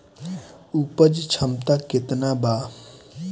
उपज क्षमता केतना वा?